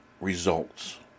results